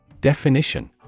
Definition